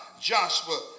Joshua